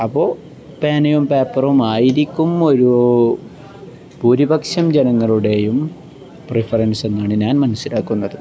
അപ്പോള് പേനയും പേപ്പറും ആയിരിക്കും ഒരു ഭൂരിപക്ഷം ജനങ്ങളുടെയും പ്രിഫറൻസ് എന്നാണു ഞാൻ മനസ്സിലാക്കുന്നത്